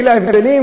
אלה ההבדלים.